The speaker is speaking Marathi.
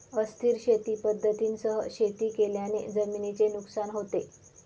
अस्थिर शेती पद्धतींसह शेती केल्याने जमिनीचे नुकसान होते